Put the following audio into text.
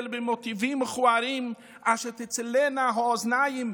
במוטיבים מכוערים אשר תצילנה האוזניים,